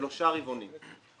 שלושה רבעונים.